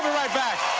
right back.